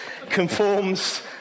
conforms